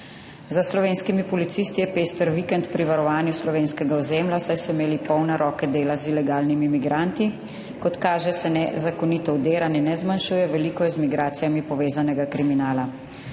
Za slovenskimi policisti je pester vikend pri varovanju slovenskega ozemlja, saj so imeli polne roke dela z ilegalnimi migranti. Kot kaže, se nezakonito vdiranje ne zmanjšuje, veliko je z migracijami povezanega kriminala.«